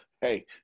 hey